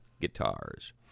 Guitars